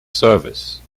service